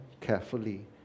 carefully